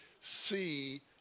see